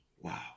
Wow